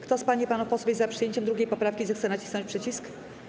Kto z pań i panów posłów jest za przyjęciem 2. poprawki, zechce nacisnąć przycisk.